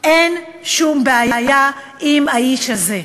אין שום בעיה עם האיש הזה?